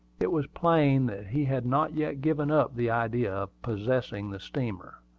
it was plain that he had not yet given up the idea of possessing the steamer.